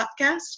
podcast